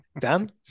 Dan